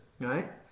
right